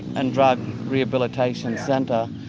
and drug rehabilitation centre,